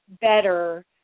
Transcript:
better